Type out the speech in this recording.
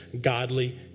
godly